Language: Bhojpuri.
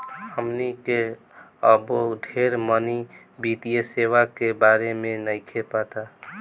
हमनी के अबो ढेर मनी वित्तीय सेवा के बारे में नइखे पता